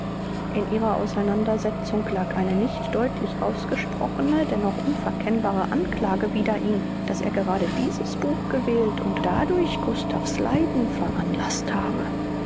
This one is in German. in ihrer auseinandersetzung lag eine nicht deutlich ausgesprochene dennoch unverkennbare anklage wider ihn daß er gerade dieses buch gewählt und dadurch gustav's leiden veranlaßt habe